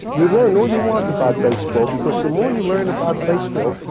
you learn all you want about baseball because the more you learn about baseball,